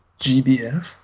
GBF